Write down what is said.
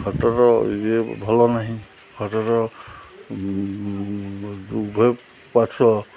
ଖଟର ଇଏ ଭଲ ନାହିଁ ଖଟର ଉଭୟ ପାର୍ଶ୍ଵ